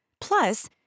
Plus